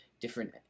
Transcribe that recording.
different